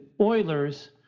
Oilers